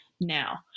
now